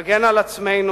להגן על עצמנו,